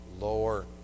Lower